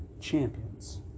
champions